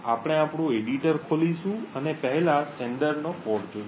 આપણે આપણું એડિટર ખોલીશું અને પહેલા પ્રેષક કોડ જોશું